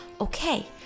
okay